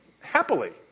happily